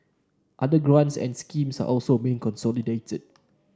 other grants and schemes are also being consolidated